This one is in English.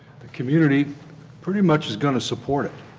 community pretty much is going to support it,